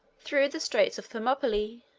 through the straits of thermopylae,